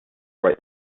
write